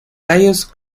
tallos